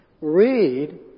Read